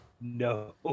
No